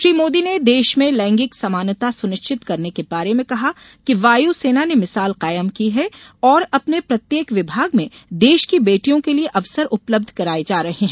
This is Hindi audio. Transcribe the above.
श्री मोदी ने देश में लैगिंक समानता सुनिश्चित करने के बारे में कहा कि वायु सेना ने मिसाल कायम की है और अपने प्रत्येक विभाग में देश की बेटियों के लिये अवसर उपलब्ध कराये जा रहे है